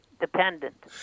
dependent